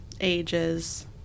Ages